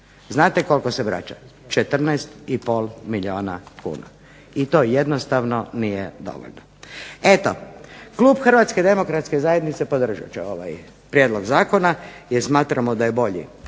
Znate koliko se vraća? 14 i pol milijuna kuna. I to jednostavno nije dovoljno. Eto klub Hrvatske demokratske zajednice podržat će ovaj prijedlog zakona jer smatramo da je bolji